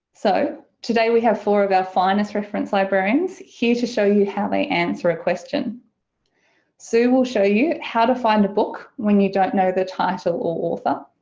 so today we have four of our finest reference librarians here to show you how they answer a question sue will show you how to find a book when you don't know the title or author.